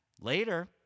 later